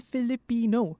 Filipino